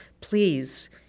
please